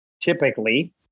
typically